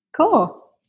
Cool